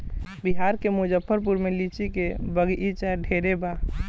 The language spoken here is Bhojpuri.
बिहार के मुजफ्फरपुर में लीची के बगइचा ढेरे बा